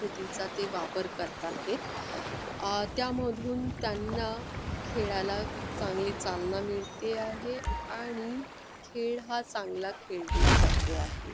कृतीचा ते वापर करत आहेत त्यामधून त्यांना खेळाला चांगली चालना मिळते आहे आणि खेळ हा चांगला खेळला जातो आहे